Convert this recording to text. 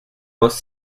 most